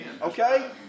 okay